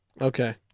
Okay